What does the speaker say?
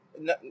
No